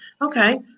Okay